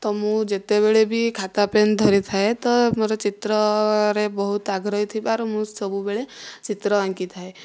ତ ମୁଁ ଯେତେବେଳେ ବି ଖାତା ପେନ୍ ଧରିଥାଏ ତ ମୋର ଚିତ୍ରରେ ବହୁତ ଆଗ୍ରହୀ ଥିବାରୁ ମୁଁ ସବୁବେଳେ ଚିତ୍ର ଆଙ୍କିଥାଏ